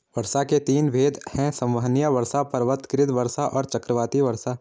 वर्षा के तीन भेद हैं संवहनीय वर्षा, पर्वतकृत वर्षा और चक्रवाती वर्षा